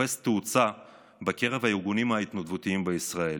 תופס תאוצה בקרב הארגונים ההתנדבותיים בישראל,